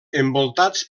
envoltats